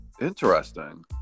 interesting